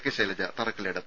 K Shailaja തറക്കല്ലിടും